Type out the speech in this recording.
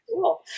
cool